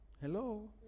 Hello